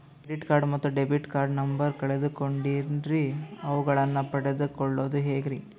Credit card ಮತ್ತು debit card number ಕಳೆದುಕೊಂಡಿನ್ರಿ ಅವುಗಳನ್ನ ಪಡೆದು ಕೊಳ್ಳೋದು ಹೇಗ್ರಿ?